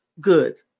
good